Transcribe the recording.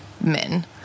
men